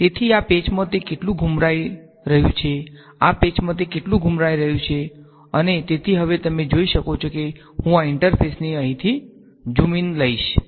તેથી આ પેચમાં તે કેટલું ઘૂમરાઈ રહ્યું છે આ પેચમાં તે કેટલું ઘૂમરાઈ રહ્યું છે અને તેથી હવે તમે જોઈ શકો છો કે હું આ ઈન્ટરફેસને અહીંથી ઝૂમ ઈન લઈશ